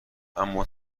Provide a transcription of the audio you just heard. اما